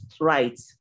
right